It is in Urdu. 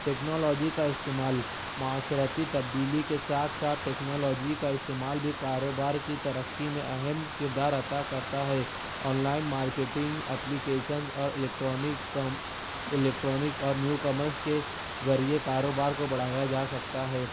ٹیکنالوجی کا استعمال معاشرتی تبدیلی کے ساتھ ساتھ ٹیکنالوجی کا استعمال بھی کاروبار کی ترقی میں اہم کردار ادا کرتا ہے آنلائن مارکیٹنگ اپلیکشنز اور الیکٹرانک کم الیکٹرانک اور نیو کامرس کے ذریعے کاروبار کو بڑھایا جا سکتا ہے